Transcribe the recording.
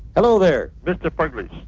hello there mr palridge.